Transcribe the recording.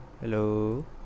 Hello